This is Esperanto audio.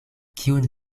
kiun